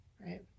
right